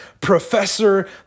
Professor